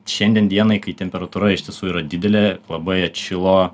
šiandien dienai kai temperatūra iš tiesų yra didelė labai atšilo